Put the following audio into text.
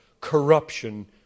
corruption